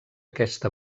aquesta